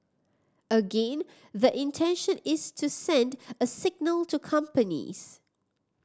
again the intention is to send a signal to companies